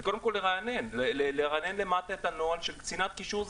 קודם כל לרענן את הנוהל שקצינת קישור,